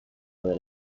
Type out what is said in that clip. del